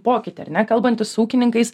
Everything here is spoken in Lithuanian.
pokytį ar ne kalbantis su ūkininkais